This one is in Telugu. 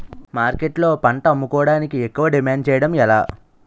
మార్కెట్లో పంట అమ్ముకోడానికి ఎక్కువ డిమాండ్ చేయడం ఎలా?